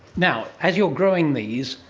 now, as you are growing these,